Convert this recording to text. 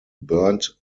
burnt